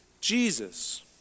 Jesus